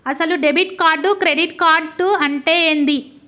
అసలు debit card credit card అంటే ఏంది?